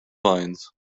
mines